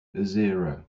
zero